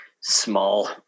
small